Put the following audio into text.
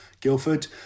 Guildford